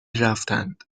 رفتند